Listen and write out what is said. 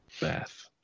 Bath